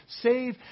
save